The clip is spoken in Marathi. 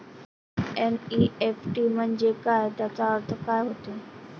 एन.ई.एफ.टी म्हंजे काय, त्याचा अर्थ काय होते?